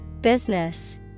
Business